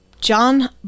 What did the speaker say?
John